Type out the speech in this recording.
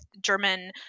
German